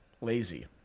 lazy